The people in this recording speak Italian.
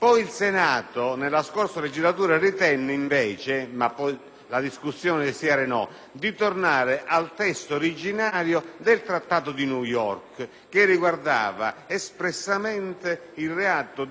di tornare al testo originario previsto nella Convenzione di New York, che riguardava espressamente il reato di tortura commesso dall'incaricato di pubblico servizio o dal pubblico ufficiale.